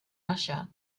russia